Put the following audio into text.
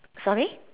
sorry